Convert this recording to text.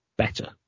Better